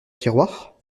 tiroir